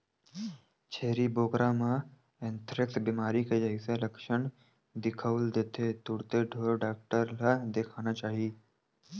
छेरी बोकरा म एंथ्रेक्स बेमारी के जइसे लक्छन दिखउल देथे तुरते ढ़ोर डॉक्टर ल देखाना चाही